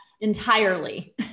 Entirely